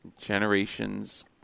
generations